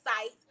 sites